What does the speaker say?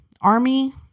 army